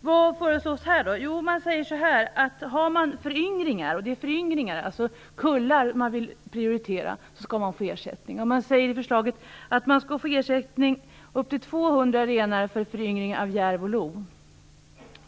Vad föreslås då? Jo, det sägs i förslaget att om det finns föryngringar, dvs. kullar, i samebyn så skall man få ersättning. Enligt förslaget skall man få ersättning upp till 200 renar för föryngring av järv och lo.